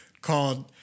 called